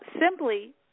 simply